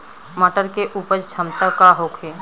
मटर के उपज क्षमता का होखे?